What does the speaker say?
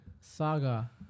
Saga